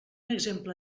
exemple